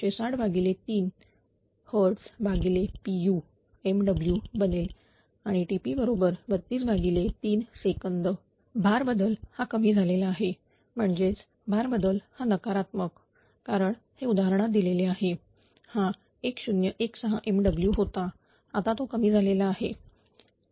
KP हा 1603 Hzpu MW बनेल आणि TP बरोबर 323 सेकंद भार बदल हा कमी झालेला आहे म्हणजेच भार बदल हा नकारात्मक कारण हे उदाहरणात दिलेले आहे हा 1016 MW होता आता तो कमी झालेला आहे 16MW